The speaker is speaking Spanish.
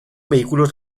vehículos